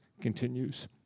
continues